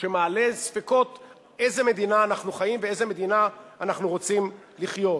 שמעלה ספקות באיזו מדינה אנחנו חיים ובאיזו מדינה אנחנו רוצים לחיות.